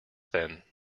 then